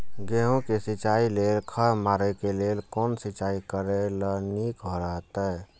गेहूँ के सिंचाई लेल खर मारे के लेल कोन सिंचाई करे ल नीक रहैत?